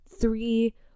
three